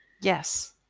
Yes